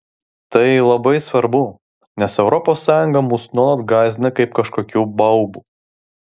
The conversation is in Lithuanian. tai labai svarbu nes europos sąjunga mus nuolat gąsdina kaip kažkokiu baubu